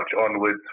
onwards